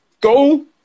Go